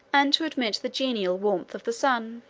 and to admit the genial warmth, of the sun.